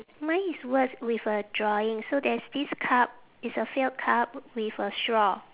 mine is words with a drawing so there's this cup it's a filled cup with a straw